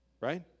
Right